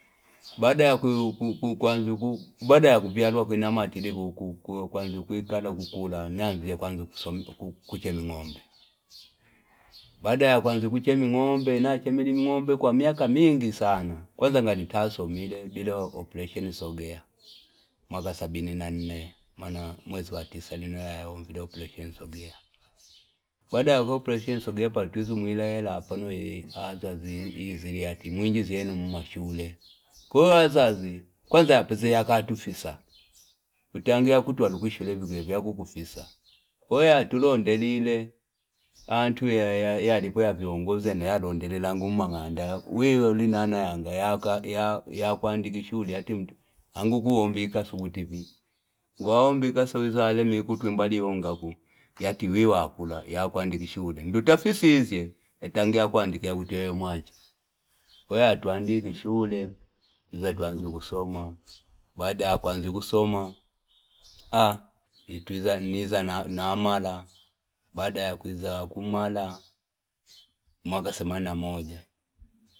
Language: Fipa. Baada ya kuku namatile kuku kwanze kuletana kukulani nazie kwanza kuso- kucheni ng'ombe, baada ya kuanza kucheni ng'ombe nachemeni ng'ombe kwa miaka mingi sana kwanza kanitasomile vilee opresheni sogea mwaka sabini na nne, mana mwezi wa tisa ninae operesheni sogea baada yo operesheni sogea patizu mwila ela apono yeye azazi zi ingizieni mashule koo azazi kwanza keya kati kukwiza, kutangia kutwa kushuleni zezya kukufisa kwaiyo natulonde lile antule yaa ya lipo ya viongozi nayondolela ngumang'anda wilo linana ngeyaka ya- ya kuandiki shule ati mtu angukuombi kazi ikatufuviza waombi kazi saleni nikutuimbali ongaku yativiwa akula yakuandikisha shule ndo taasisi hizi e tangia kuandika utele manji, koyatuandiki tule kwanza tuanzi kusoma baada ya kuanzi kusoma nituinza uwinza na na amala baada ya kwiza kumala mwaka semanini na moja,